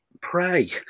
Pray